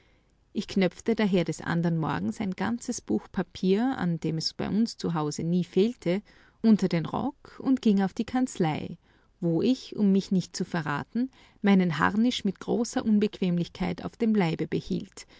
ich knöpfte daher des andern morgens ein ganzes buch papier an dem es bei uns zu hause nie fehlte unter den rock und ging auf die kanzlei wo ich um mich nicht zu verraten meinen harnisch mit großer unbequemlichkeit auf dem leibe behielt